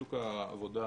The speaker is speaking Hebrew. שוק העבודה